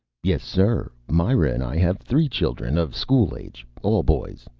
yes, sir. myra and i have three children of school age. all boys.